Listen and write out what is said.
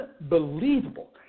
unbelievable